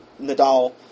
Nadal